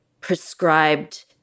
prescribed